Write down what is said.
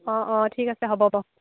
অঁ অঁ ঠিক আছে হ'ব বাৰু